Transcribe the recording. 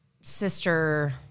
sister